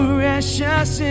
Precious